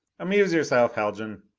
amuse yourself, haljan.